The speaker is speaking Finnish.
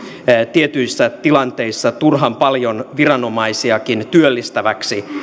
tietyissä tilanteissa turhan paljon viranomaisiakin työllistäväksi